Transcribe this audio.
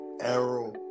Arrow